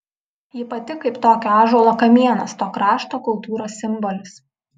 ji pati kaip tokio ąžuolo kamienas to krašto kultūros simbolis